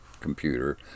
computer